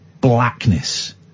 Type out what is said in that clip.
blackness